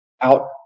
out